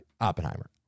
Oppenheimer